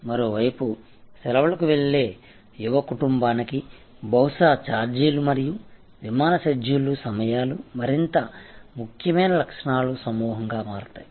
మరోవైపు సెలవులకు వెళ్లే యువ కుటుంబానికి బహుశా ఛార్జీలు మరియు విమాన షెడ్యూల్లు సమయాలు మరింత ముఖ్యమైన లక్షణాల సమూహంగా మారతాయి